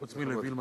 חוץ מלווילמה,